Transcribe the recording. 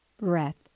breath